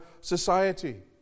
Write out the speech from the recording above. society